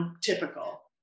typical